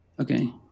Okay